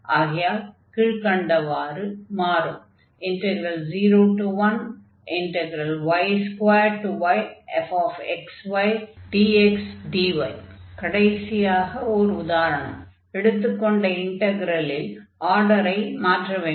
ஆகையால் கீழ்க்கண்டவாறு மாறும் 01y2yfxydxdy கடைசியாக ஓர் உதாரணம் எடுத்துக்கொண்ட இன்டக்ரலில் ஆர்டரை மாற்ற வேண்டும்